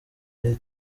iri